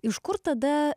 iš kur tada